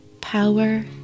power